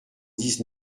dix